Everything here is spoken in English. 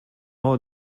all